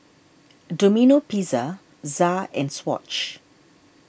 Domino Pizza Za and Swatch